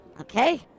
Okay